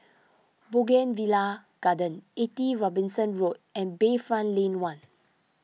Bougainvillea Garden eighty Robinson Road and Bayfront Lane one